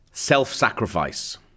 Self-sacrifice